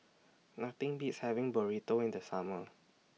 Nothing Beats having Burrito in The Summer